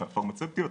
הפרמצבטיות,